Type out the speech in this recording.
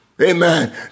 Amen